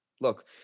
Look